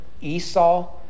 Esau